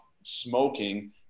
smoking